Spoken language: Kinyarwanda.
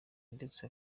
ndetse